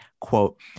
quote